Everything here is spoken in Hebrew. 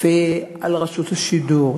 ועל רשות השידור,